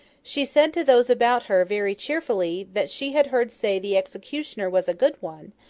she said to those about her, very cheerfully, that she had heard say the executioner was a good one,